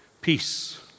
peace